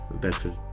Bedford